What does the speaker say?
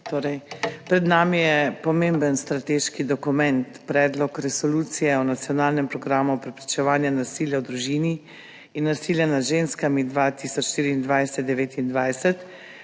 Pred nami je pomemben strateški dokument, Predlog resolucije o nacionalnem programu preprečevanja nasilja v družini in nasilja nad ženskami 2024–2029,